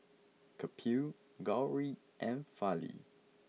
Kapil Gauri and Fali